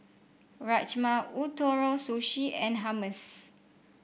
Rajma Ootoro Sushi and Hummus